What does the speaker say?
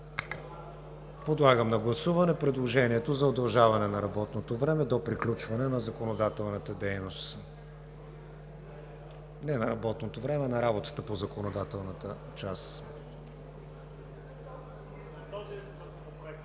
Подлагам на гласуване предложението за удължаване на работното време до приключване на законодателната дейност. (Шум и реплики.) Не на работното време, а на работата по законодателната част